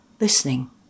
listening